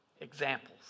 examples